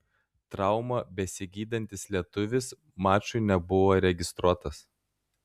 traumą besigydantis lietuvis mačui nebuvo registruotas